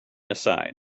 aside